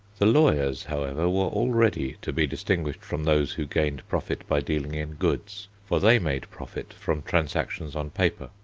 the lawyers, however, were already to be distinguished from those who gained profit by dealing in goods, for they made profit from transactions on paper,